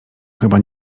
chyba